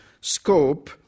scope